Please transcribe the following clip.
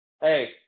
Hey